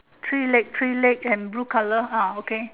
three leg three leg and blue colour ah okay